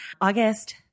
August